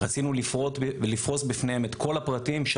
רצינו לפרוס בפניהם את כל הפרטים.